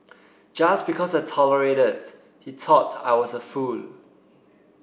just because I tolerated he thought I was a fool